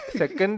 second